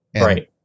right